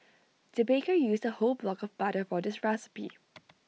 the baker used A whole block of butter for this recipe